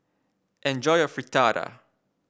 enjoy your Fritada